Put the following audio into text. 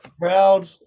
proud